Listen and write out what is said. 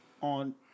on